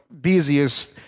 busiest